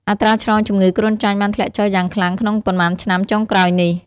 អត្រាឆ្លងជំងឺគ្រុនចាញ់បានធ្លាក់ចុះយ៉ាងខ្លាំងក្នុងប៉ុន្មានឆ្នាំចុងក្រោយនេះ។